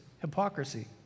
hypocrisy